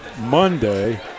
Monday